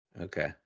Okay